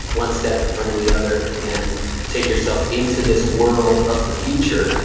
one step in front of the other, and take yourself into this world of the future,